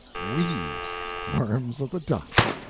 we worms of the dust!